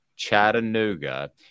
chattanooga